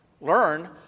learn